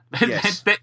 Yes